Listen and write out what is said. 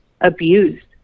abused